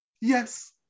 Yes